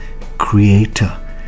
Creator